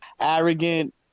arrogant